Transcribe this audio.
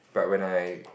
but when I